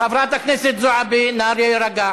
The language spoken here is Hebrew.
חברת הכנסת זועבי, נא להירגע.